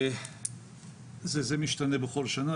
זה משתנה בכל שנה.